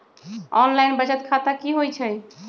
Online बचत खाता की होई छई?